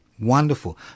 Wonderful